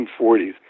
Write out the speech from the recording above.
1940s